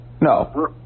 No